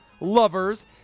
lovers